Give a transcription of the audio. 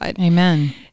Amen